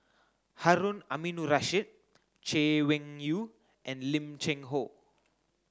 Harun Aminurrashid Chay Weng Yew and Lim Cheng Hoe